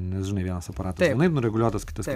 nes žinai vienas aparatas nureguliuotas kitas